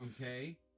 Okay